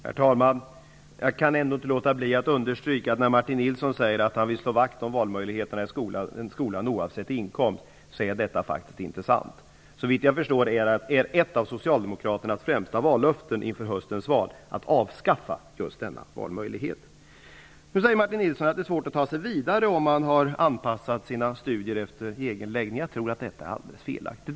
Herr talman! Jag kan inte låta bli att understryka att det Martin Nilsson säger om att han vill slå vakt om valmöjligheterna i skolan oavsett inkomst inte är sant. Såvitt jag förstår är ett av Socialdemokraternas främsta vallöften inför höstens val att avskaffa just denna valmöjlighet. Martin Nilsson säger att det är svårt att ta sig vidare om man har anpassat sina studier efter egen läggning. Jag tror att detta är aldeles felaktigt.